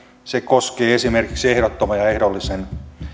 se koskee esimerkiksi ehdottoman ja ehdollisen